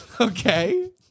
Okay